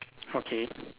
okay